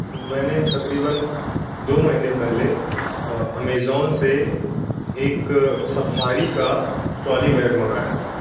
मैंने तकरीबन दो महीने पहले अमेज़ोन से एक सफ़ारी का ट्रॉली वेयर मंगाया था